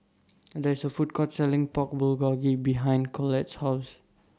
There IS A Food Court Selling Pork Bulgogi behind Collette's House